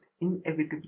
inevitably